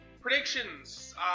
predictions